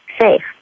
safe